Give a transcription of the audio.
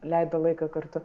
leido laiką kartu